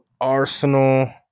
Arsenal